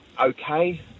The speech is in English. okay